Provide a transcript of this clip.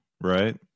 right